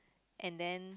and then